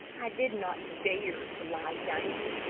i did not dare to lie down,